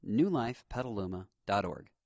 newlifepetaluma.org